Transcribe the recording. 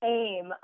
aim